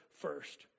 first